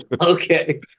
okay